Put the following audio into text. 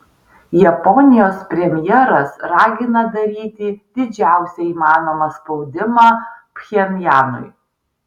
japonijos premjeras ragina daryti didžiausią įmanomą spaudimą pchenjanui